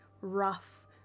rough